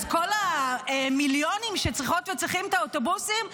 אז כל המיליונים שצריכות וצריכים את האוטובוסים,